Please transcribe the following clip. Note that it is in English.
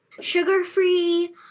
Sugar-free